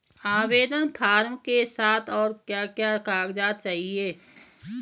आवेदन फार्म के साथ और क्या क्या कागज़ात चाहिए?